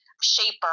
shaper